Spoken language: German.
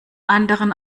anderen